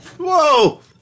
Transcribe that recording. Whoa